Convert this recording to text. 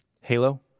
halo